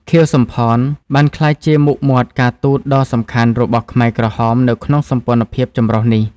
ខៀវ សំផន បានក្លាយជាមុខមាត់ការទូតដ៏សំខាន់របស់ខ្មែរក្រហមនៅក្នុងសម្ព័ន្ធភាពចម្រុះនេះ។